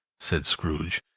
said scrooge.